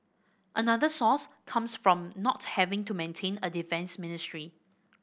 another source comes from not having to maintain a defence ministry